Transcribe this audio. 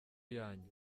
yanyu